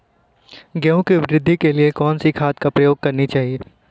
गेहूँ की वृद्धि के लिए कौनसी खाद प्रयोग करनी चाहिए?